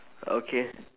okay